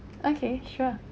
okay sure